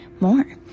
more